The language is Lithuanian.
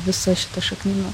visa šita šaknų